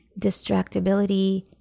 distractibility